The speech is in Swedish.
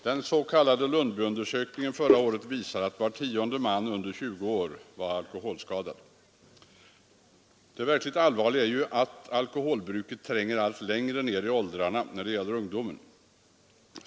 Den s.k. Lundbyundersökningen förra året visar att var tionde man över 20 år var alkoholskadad. Det verkligt allvarliga är ju att alkoholmissbruket tränger allt längre ned i åldrarna när det gäller ungdomen.